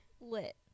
Lit